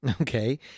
Okay